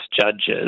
judges